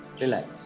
relax